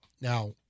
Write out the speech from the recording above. Now